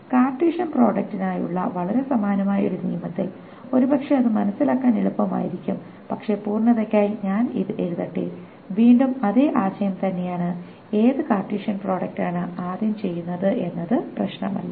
Cartesian പ്രൊഡക്ടിനായുള്ള വളരെ സമാനമായ ഒരു നിയമത്തിൽ ഒരുപക്ഷെ അത് മനസ്സിലാക്കാൻ എളുപ്പമായിരിക്കും പക്ഷേ പൂർണ്ണതയ്ക്കായി ഞാൻ ഇത് എഴുതട്ടെ വീണ്ടും അതേ ആശയം തന്നെയാണ് ഏത് കാർട്ടീഷ്യൻ പ്രോഡക്റ്റാണ് ആദ്യം ചെയ്യുന്നത് എന്നത് പ്രശ്നമല്ല